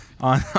on